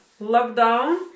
Lockdown